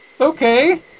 Okay